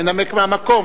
מנמק מהמקום,